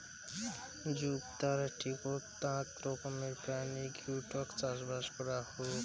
জুগদার টিকৌতে আক রকমের প্রাণী গিওডক চাষবাস করাং হউক